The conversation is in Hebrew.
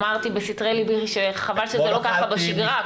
אמרתי בסתרי ליבי שחבל שזה לא ככה בשגרה,